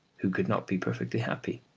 who could not be perfectly happy?